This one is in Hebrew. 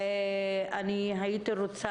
ארצה